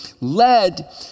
led